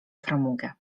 framugę